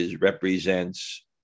represents